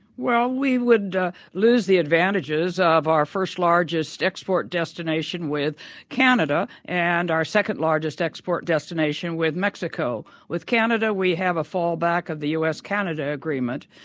well, we would lose the advantages of our first-largest export destination with canada and our second-largest export destination with mexico. with canada, we have a fallback of the u s canada agreement.